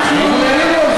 שנשאיר אתכם לבד?